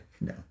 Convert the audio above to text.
No